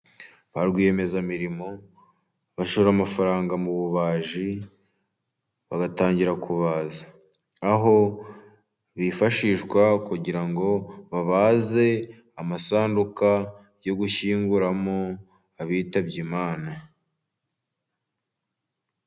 Ba rwiyemeza mirimo bashora amafaranga mu bubaji bagatangira kubaza, aho bifashishwa kugira ngo babaze amasanduka yo gushyinguramo abitabye Imana.